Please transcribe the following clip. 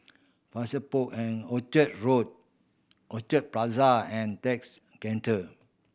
Port and Orchard Road Orchard Plaza and Text Centre